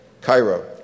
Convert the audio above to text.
Cairo